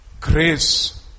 Grace